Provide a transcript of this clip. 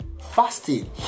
Fasting